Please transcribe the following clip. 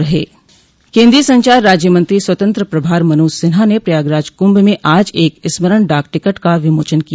केन्द्रीय संचार राज्य मंत्री स्वतंत्र प्रभार मनोज सिन्हा ने प्रयागराज कुंभ में आज एक स्मरण डाक टिकट का विमोचन किया